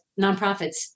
nonprofits